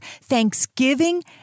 thanksgiving